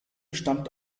stammt